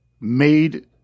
made